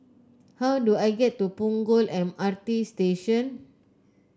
how do I get to Punggol M R T Station